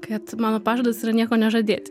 kad mano pažadas yra nieko nežadėti